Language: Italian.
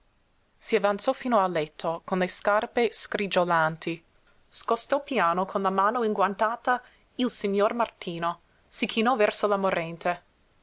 si avanzò fino al letto con le scarpe sgrigliolanti scostò piano con la mano inguantata il signor martino si chinò verso la morente